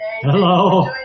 Hello